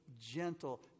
gentle